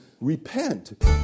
repent